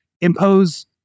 impose